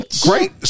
Great